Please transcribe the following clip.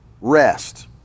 rest